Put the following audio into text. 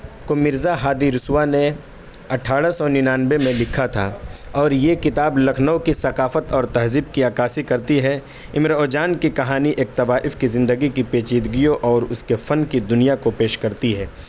کو مرزا ہادی رسوا نے اٹھارہ سو ننانوے میں لکھا تھا اور یہ کتاب لکھنؤ کی ثقافت اور تہذیب کی عکاسی کرتی ہے امراؤ جان کی کہانی ایک طوائف کی زندگی کی پیچیدگیوں اور اس کے فن کی دنیا کو پیش کرتی ہے